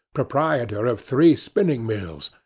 proprietor of three spinning-mills,